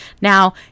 Now